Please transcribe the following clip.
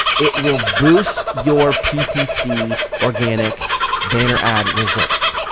it will boost your ppc organic banner ad results.